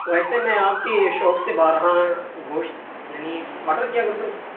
ویسے میں آپ کی شاپ سے بارہا گوشت یعنی آڈر کیا کرتا ہوں